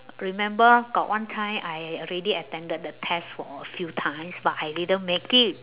remember got one time I already attended the test for a few times but I didn't make it